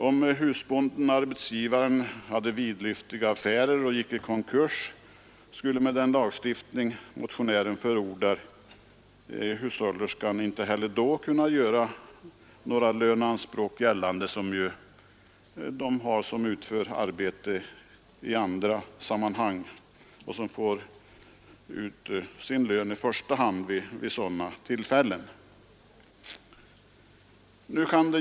Om husbonden-arbetsgivaren haft vidlyftiga affärer och går i konkurs, skulle med den lagstiftning motionären förordar hushållerskan inte heller då kunna göra några löneanspråk gällande, vilket de kan göra som utfört arbete i andra sammanhang och därför har förmånsrätt till lön vid sådana tillfällen.